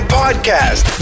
podcast